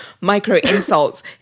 micro-insults